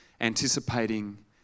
anticipating